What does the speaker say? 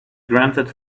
granted